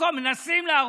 מנסים להרוס.